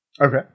Okay